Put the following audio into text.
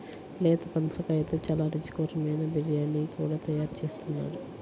లేత పనసకాయతో చాలా రుచికరమైన బిర్యానీ కూడా తయారు చేస్తున్నారు